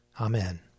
Amen